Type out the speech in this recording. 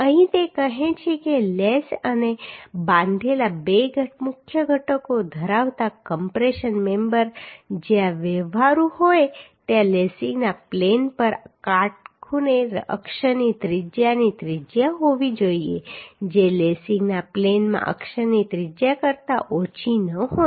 અહીં તે કહે છે કે લેસ અને બાંધેલા બે મુખ્ય ઘટકો ધરાવતા કમ્પ્રેશન મેમ્બર જ્યાં વ્યવહારુ હોય ત્યાં લેસિંગના પ્લેન પર કાટખૂણે અક્ષની ત્રિજ્યાની ત્રિજ્યા હોવી જોઈએ જે લેસિંગના પ્લેનમાં અક્ષની ત્રિજ્યા કરતા ઓછી ન હોય